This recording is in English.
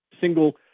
single